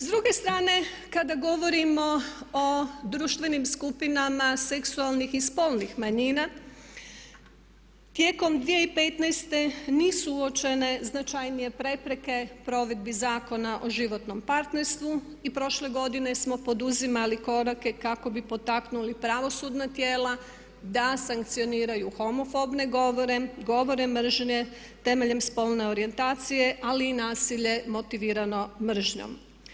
S druge strane, kada govorimo o društvenim skupinama seksualnih i spolnih manjina tijekom 2015.nisu uočene značajnije prepreke provedbi Zakona o životnom partnerstvu i prošle godine smo poduzimali korake kako bi potaknuli pravosudna tijela da sankcioniraju homofobne govore, govore mržnje temeljem spolne orijentacije ali i nasilje motivirano mržnjom.